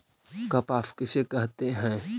कपास किसे कहते हैं?